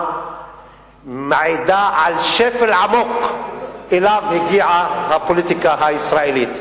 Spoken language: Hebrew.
מעידה על שפל עמוק שאליו הגיעה הפוליטיקה הישראלית.